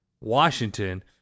Washington